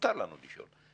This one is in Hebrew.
מותר לנו לשאול.